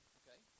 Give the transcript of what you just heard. okay